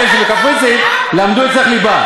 אלה שבקפריסין, למדו אצלך ליבה.